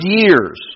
years